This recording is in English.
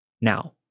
Now